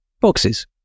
boxes